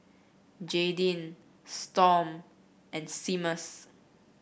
Jaydin Storm and Seamus